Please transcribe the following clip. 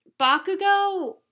Bakugo